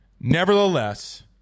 Nevertheless